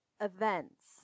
events